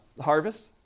harvest